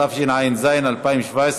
התשע"ז 2017,